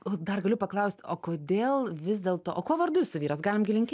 o dar galiu paklaust o kodėl vis dėlto o kuo vardu jūsų vyras galim gi linkė